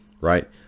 right